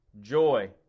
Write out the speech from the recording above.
joy